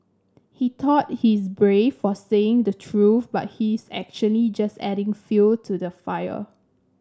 he thought he's brave for saying the truth but he's actually just adding fuel to the fire